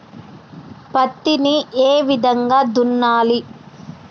పత్తిని ఏ విధంగా దున్నాలి?